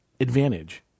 advantage